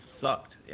sucked